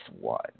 one